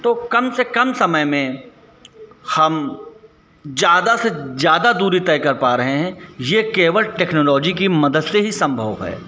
तो कम से कम समय में हम ज़्यादा से ज़्यादा दूरी तय कर पा रहे हैं यह केवल टेक्नोलोजी की मदद से ही संभव है